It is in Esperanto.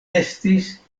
estis